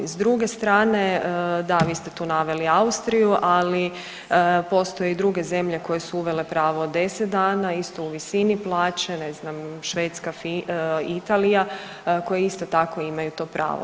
S druge strane da vi ste tu naveli Austriju, ali postoje i druge zemlje koje su uvele pravo 10 dana isto u visini plaće ne znam Švedska, Italija, koje isto tako imaju to pravo.